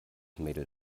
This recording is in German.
mädel